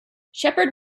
sheppard